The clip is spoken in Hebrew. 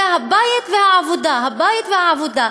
זה הבית והעבודה, הבית והעבודה.